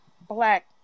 black